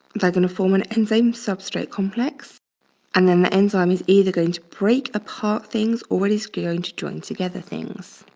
they're gonna form an enzyme substrate complex and then the enzyme is either going to break apart things or is going to join together things.